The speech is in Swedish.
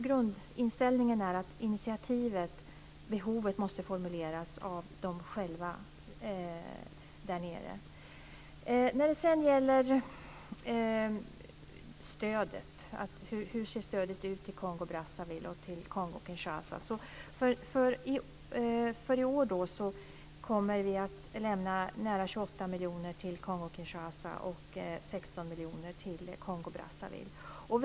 Grundinställningen är dock att behovet måste formuleras av de berörda själva. Vad gäller hur stödet ser ut i Kongo-Brazzaville och i Kongo-Kinshasa vill jag säga att vi i år kommer att lämna nära 28 miljoner till Kongo-Kinshasa och 16 miljoner till Kongo-Brazzaville.